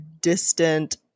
distant